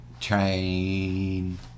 train